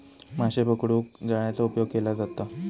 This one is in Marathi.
माशे पकडूक जाळ्याचा उपयोग केलो जाता